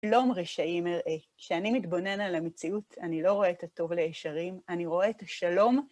פלום רשעים אראה. כשאני מתבונן על המציאות, אני לא רואה את הטוב לישרים, אני רואה את השלום.